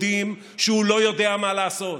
יודעים שהוא לא יודע מה לעשות,